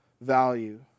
value